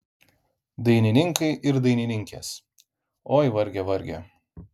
dainininkai ir dainininkės oi varge varge